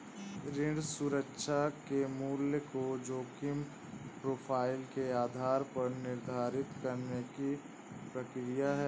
ऋण सुरक्षा के मूल्य को जोखिम प्रोफ़ाइल के आधार पर निर्धारित करने की प्रक्रिया है